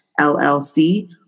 LLC